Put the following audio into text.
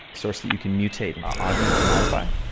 source that you can mutate and augment and modify.